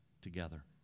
together